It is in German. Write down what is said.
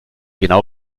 genau